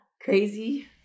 Crazy